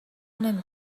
نمی